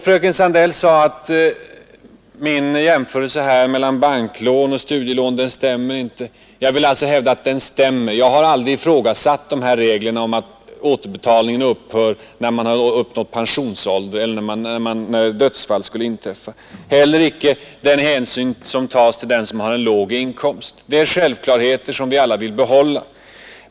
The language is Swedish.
Fröken Sandell sade att min jämförelse här mellan banklån och studielån inte stämmer. Jag vill hävda att den stämmer. Jag har aldrig ifrågasatt reglerna om att återbetalningen upphör, när man har uppnått pensionsåldern eller om dödsfall skulle inträffa, heller icke den hänsyn som tas till den som har en låg inkomst. Dessa är självklara regler som vi alla vill behålla.